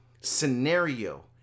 scenario